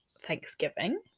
thanksgiving